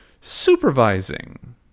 supervising